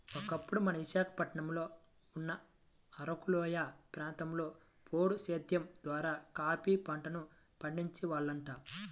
ఒకప్పుడు మన విశాఖపట్నంలో ఉన్న అరకులోయ ప్రాంతంలో పోడు సేద్దెం ద్వారా కాపీ పంటను పండించే వాళ్లంట